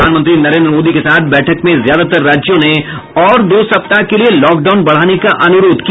प्रधानमंत्री नरेन्द्र मोदी के साथ बैठक में ज्यादातर राज्यों ने और दो सप्ताह के लिए लॉकडाउन बढ़ाने का अनुरोध किया